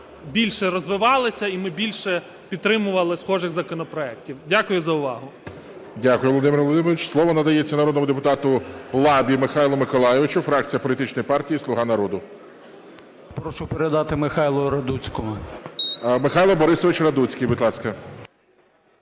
більше розвивалися і ми більше підтримували схожих законопроектів. Дякую за увагу. ГОЛОВУЮЧИЙ. Дякую, Володимир Володимирович. Слово надається народному депутату Лабі Михайлу Миколайовичу, фракція політичної партії "Слуга народу". 14:13:38 ЛАБА М.М. Прошу передати Михайлу Радуцькому. ГОЛОВУЮЧИЙ. Михайло Борисович Радуцький, будь ласка.